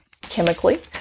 chemically